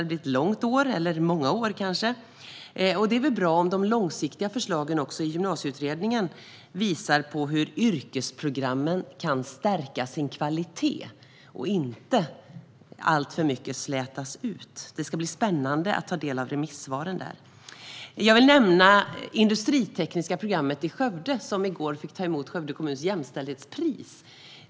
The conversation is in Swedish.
Det blir ett långt år, eller kanske många år. Det är bra om de långsiktiga förslagen från Gymnasieutredningen visar hur yrkesprogrammens kvalitet kan stärkas och inte slätas ut alltför mycket. Det ska bli spännande att ta del av remissvaren. Jag vill nämna industritekniska programmet i Skövde, som i går fick ta emot Skövde kommuns jämställdhetspris.